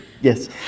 Yes